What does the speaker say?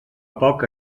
poc